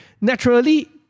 naturally